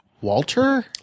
Walter